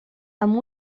amb